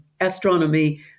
astronomy